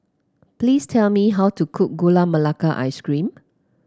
please tell me how to cook Gula Melaka Ice Cream